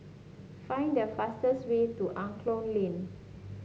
find the fastest way to Angklong Lane